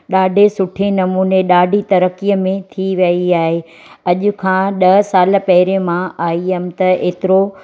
ॾाढे सुठे नमूने ॾाढी तरक़ी में थी रही आहे अॼु खां ॾह साल पहिरियों मां आई हुअमि त हेतिरो